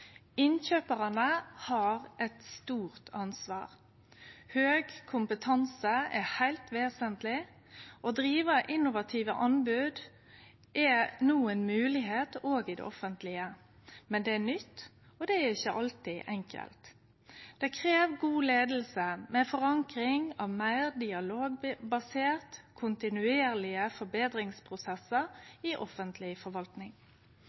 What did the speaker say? Innkjøparane har eit stort ansvar. Høg kompetanse er heilt vesentleg. Å drive innovative anbod er no ei moglegheit òg i det offentlege, men det er nytt, og det er ikkje alltid enkelt. Det krev god leiing med forankring av meir dialogbaserte, kontinuerlege forbetringsprosessar i offentleg forvaltning,